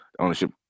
ownership